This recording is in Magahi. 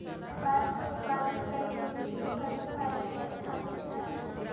कपास के उत्पादन करे में विश्वव भर में भारत के स्थान दूसरा हइ